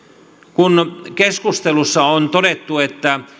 kun keskustelussa on todettu että